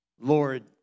Lord